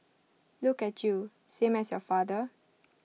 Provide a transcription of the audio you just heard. look at you same as your father